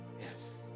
yes